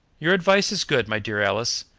your advice is good, my dear alice,